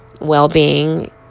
well-being